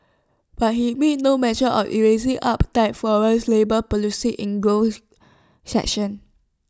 but he made no mention of easing up tight foreign labour policies in growth section